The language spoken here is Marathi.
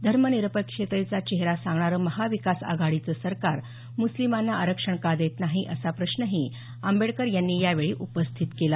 धर्मनिरपेक्षतेचा चेहरा सांगणारं महाविकास आघाडीचं सरकार मुस्लिमांना आरक्षण का देत नाही असा प्रश्नही आंबेडकर यांनी यावेळी उपस्थित केला